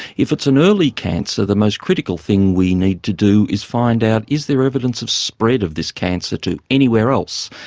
if it's an early cancer the most critical thing we need to do is find out is there evidence of spread of this cancer to anywhere else,